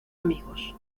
amigos